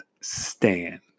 stand